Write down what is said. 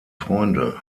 freunde